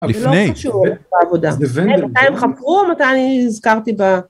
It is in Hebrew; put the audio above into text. לפני, זה לא קשור לעבודה. מתי הם חפרו או מתי נזכרתי ב...?